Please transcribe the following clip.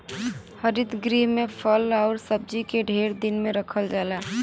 हरित गृह में फल आउर सब्जी के ढेर दिन ले रखल जाला